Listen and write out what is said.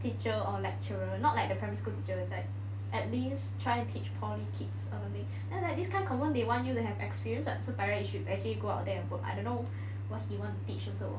teacher or lecturer not like the primary school teacher that type like at least try and teach poly kids at least then like this kind confirm they want you to have experience [what] so by right you should actually go out there and work I don't know what he want to teach also